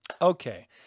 okay